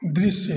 दृश्य